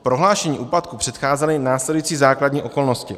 Prohlášení úpadku předcházely následující základní okolnosti.